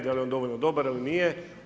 Da li je on dovoljno dobar ili nije.